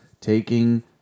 taking